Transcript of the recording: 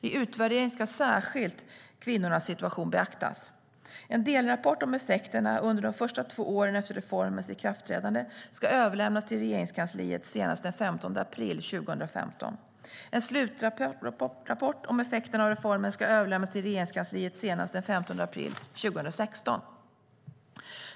I utvärderingen ska särskilt kvinnornas situation beaktas. En delrapport om effekterna under de första två åren efter reformens ikraftträdande ska överlämnas till Regeringskansliet senast den 15 april 2015. En slutrapport om effekterna av reformen ska överlämnas till Regeringskansliet senast den 15 april 2016.